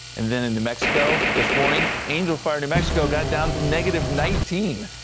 and then and the mexico this morning angel fire new mexico got down to negative nineteen.